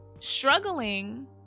struggling